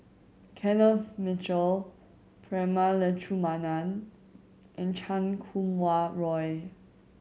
Kenneth Mitchell Prema Letchumanan and Chan Kum Wah Roy